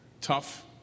tough